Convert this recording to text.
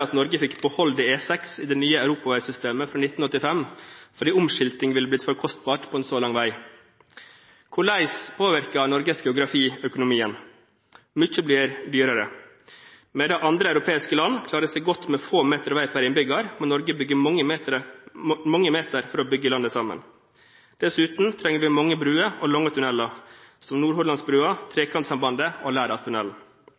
at Norge fikk beholde E6 i det nye europaveisystemet fra 1985, fordi omskilting ville blitt for kostbart på en så lang vei. Hvordan påvirker Norges geografi økonomien? Mye blir dyrere. Mens andre europeiske land klarer seg godt med få meter vei per innbygger, må Norge bygge mange meter for å bygge landet sammen. Dessuten trenger vi mange broer og lange tunneler, som Nordhordlandsbrua,